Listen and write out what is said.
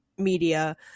media